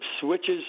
switches